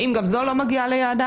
אם גם זו לא מגיעה ליעדה,